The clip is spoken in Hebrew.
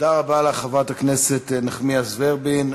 תודה רבה לך, חברת הכנסת נחמיאס ורבין.